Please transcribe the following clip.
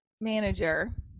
manager